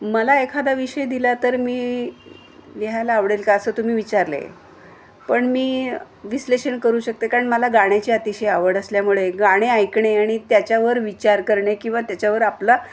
मला एखादा विषय दिला तर मी लिहायला आवडेल का असं तुम्ही विचारलं आहे पण मी विश्लेषण करू शकते कारण मला गाण्याची अतिशय आवड असल्यामुळे गाणे ऐकणे आणि त्याच्यावर विचार करणे किंवा त्याच्यावर आपला